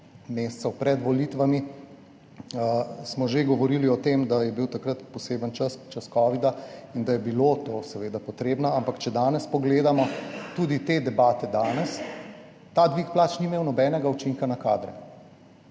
mesecev pred volitvami, smo že govorili o tem, da je bil takrat poseben čas, čas covida, in da je bilo to seveda potrebno, ampak če pogledamo tudi te današnje debate, ta dvig plač ni imel nobenega učinka na kadre,